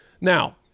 Now